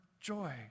joy